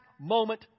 Moment